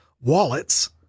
wallets